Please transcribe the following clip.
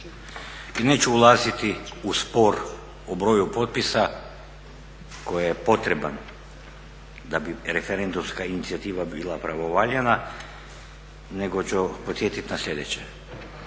neću ulaziti u spor u broju potpisa koji je potreban da bi referendumska inicijativa bila pravovaljana, nego ću podsjetiti na sljedeće.